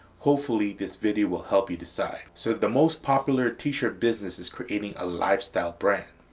hopefully this video will help you decide. so the most popular t-shirt business is creating a lifestyle brand.